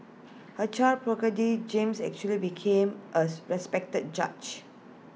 A child James eventually became as respected judge